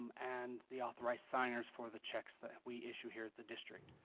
and the authorized signers for the checks that we issue here at the district,